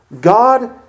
God